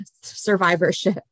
survivorship